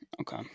Okay